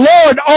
Lord